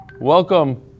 welcome